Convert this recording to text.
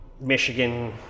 Michigan